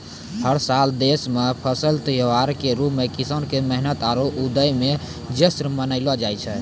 हर साल देश मॅ फसल त्योहार के रूप मॅ किसान के मेहनत आरो उद्यम के जश्न मनैलो जाय छै